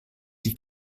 die